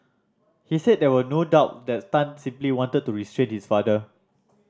he said there was no doubt that Tan simply wanted to restrain his father